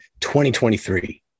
2023